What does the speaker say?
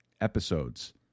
episodes